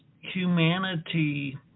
humanity